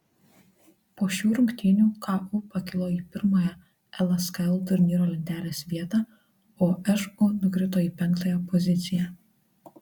po šių rungtynių ku pakilo į pirmąją lskl turnyro lentelės vietą o šu nukrito į penktąją poziciją